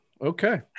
Okay